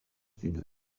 d’une